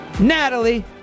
Natalie